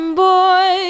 boy